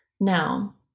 Now